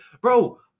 bro